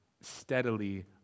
steadily